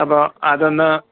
അപ്പോൾ അതൊന്ന്